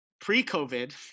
pre-COVID